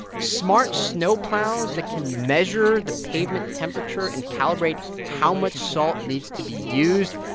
smart snowplows that can measure the pavement temperature and calibrate how much salt needs to be used.